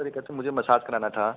sir यह कहते मुझे मसाज करना था